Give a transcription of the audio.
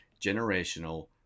generational